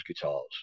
guitars